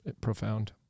profound